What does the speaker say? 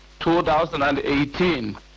2018